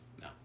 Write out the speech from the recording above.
No